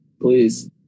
please